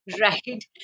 Right